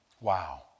Wow